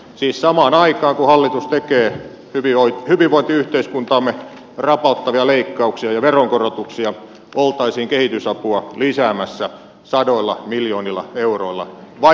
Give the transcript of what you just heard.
siis samaan aikaan kun hallitus tekee hyvinvointiyhteiskuntaamme rapauttavia leikkauksia ja veronkorotuksia oltaisiin kehitysapua lisäämässä sadoilla miljoonilla euroilla vai ollaanko